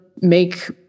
make